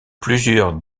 plusieurs